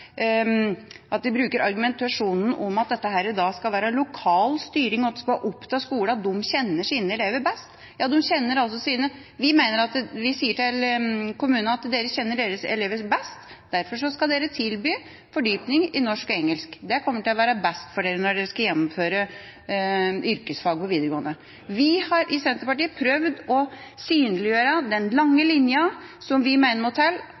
bruker argumentasjonen om at det skal være lokal styring, og at det skal være opp til skolene fordi de kjenner sine elever best. Ja, de kjenner altså sine. Vi skal si til kommunene: Dere kjenner deres elever best, derfor skal dere tilby fordypning i norsk og engelsk. Det kommer til å være best for dere når dere skal gjennomføre yrkesfag på videregående. Vi i Senterpartiet har prøvd å synliggjøre den lange linjen som vi mener må til: